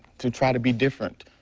to try to be different,